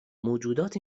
موجودات